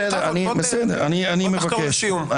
תחתור לסיום.